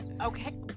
Okay